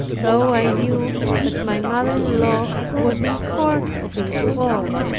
though i knew that my mother-in-law was informed of it all,